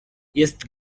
jest